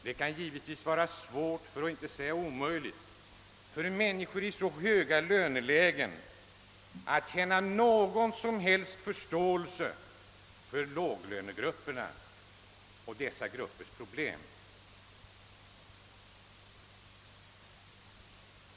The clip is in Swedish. Det kan givetvis vara svårt, för att inte säga omöjligt, för människor i så höga lönelägen att ha någon som helst förståelse för låglönegrupperna och deras problem.